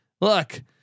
look